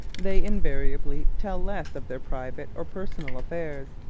they invariably tell less of their private or personal affairs.